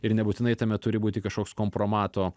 ir nebūtinai tame turi būti kažkoks kompromato